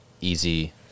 easy